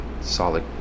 solid